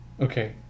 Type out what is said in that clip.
Okay